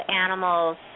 animals